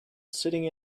sitting